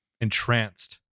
Entranced